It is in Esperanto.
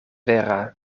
vera